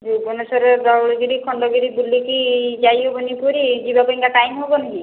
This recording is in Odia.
ଭୁବନେଶ୍ୱର ଧଉଳିଗିରି ଖଣ୍ଡଗିରି ବୁଲିକି ଯାଇ ହେବନି ପୁରୀ ଯିବା ପାଇଁ କା ଟାଇମ ହବନି